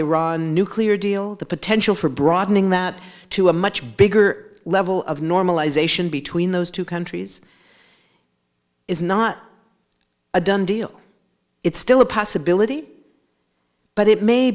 iran nuclear deal the potential for broadening that to a much bigger level of normalization between those two countries is not a done deal it's still a possibility but it may